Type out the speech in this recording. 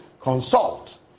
consult